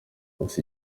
gusa